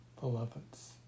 beloveds